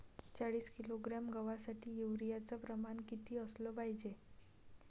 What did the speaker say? चाळीस किलोग्रॅम गवासाठी यूरिया च प्रमान किती असलं पायजे?